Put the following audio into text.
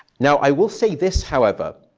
now, i will say this, however.